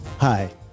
Hi